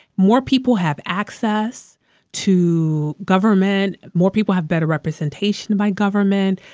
more people have access to government. more people have better representation by government.